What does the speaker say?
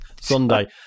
Sunday